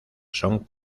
son